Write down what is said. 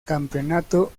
campeonato